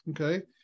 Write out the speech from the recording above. Okay